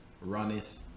runneth